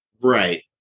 Right